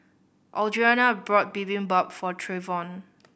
Audrianna bought Bibimbap for Trayvon